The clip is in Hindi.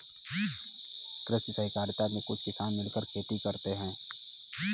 कृषि सहकारिता में कुछ किसान मिलकर खेती करते हैं